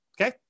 Okay